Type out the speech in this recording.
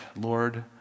Lord